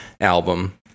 album